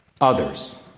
others